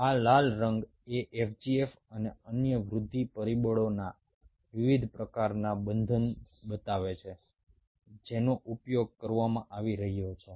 આ લાલ રંગ એ FGF અને અન્ય વૃદ્ધિ પરિબળોના વિવિધ પ્રકારનાં બંધન બતાવે છે જેનો ઉપયોગ કરવામાં આવી રહ્યો છે